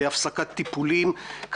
הפסקת טיפולים.